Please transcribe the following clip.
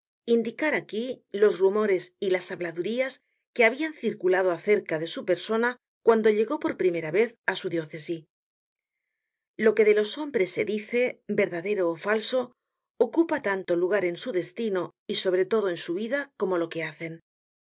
indicar aquí los rumores y las habladurías que habian circulado acerca de su persona cuando llegó por primera vez á su diócesi lo que de los hombres se dice verdadero ó falso ocupa tanto lugar en su destino y sobre todo en su vida como lo que hacen